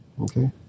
okay